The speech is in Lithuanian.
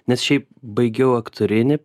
nes šiaip baigiau aktorinį